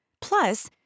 Plus